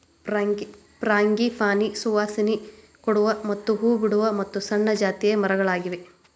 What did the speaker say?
frangipani ಸುವಾಸನೆ ಕೊಡುವ ಮತ್ತ ಹೂ ಬಿಡುವ ಮತ್ತು ಸಣ್ಣ ಜಾತಿಯ ಮರಗಳಾಗಿವೆ